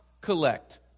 collect